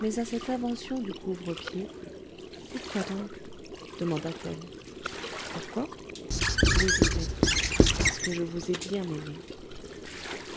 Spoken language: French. mais à cette invention du couvre-pied pourquoi donc demanda-t-elle pourquoi il hésitait parce que je vous ai bien aimée